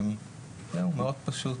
זהו, מאוד פשוט.